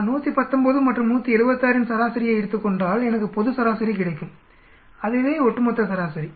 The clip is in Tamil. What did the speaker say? நான் 119 மற்றும் 176 ன் சராசரியை எடுத்துக் கொண்டால் எனக்கு பொது சராசரி கிடைக்கும் அதுவே ஒட்டுமொத்த சராசரி